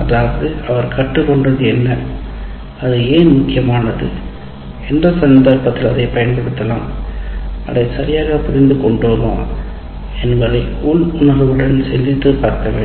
அதாவது அவர் கற்றுக்கொண்டது என்ன அது ஏன் முக்கியமானது எந்த சந்தர்ப்பத்தில் அதை பயன்படுத்தலாம் அதை சரியாக புரிந்து கொண்டோமா என்பதை உள்ளுணர்வுடன் சிந்தித்துப் பார்க்க வேண்டும்